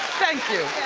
thank you.